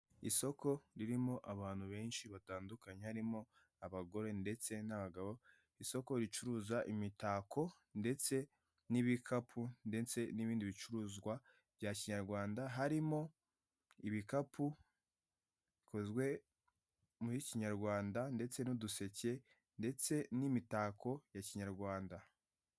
Isoko ririmo abantu benshi batandukanye, harimo abagore ndetse n'abagabo. Isoko ricuruza imitako ndetse n'ibikapu ndetse n'ibindi bicuruzwa bya kinyarwanda harimo ibikapu bikozwe muri kinyarwanda ndetse n'uduseke ndetse n'imitako ya kinyarwanda.